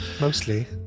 Mostly